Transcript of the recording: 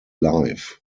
life